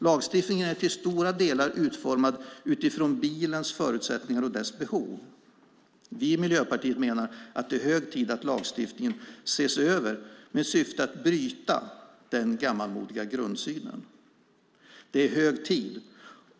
Lagstiftningen är till stora delar utformad utifrån bilens förutsättningar och behov. Vi i Miljöpartiet menar att det är hög tid att lagstiftningen ses över med syftet att bryta den gammalmodiga grundsynen.